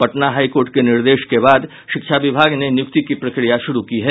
Patna high court के निर्देश के बाद शिक्षा विभाग ने नियुक्ति की प्रक्रिया शुरू की है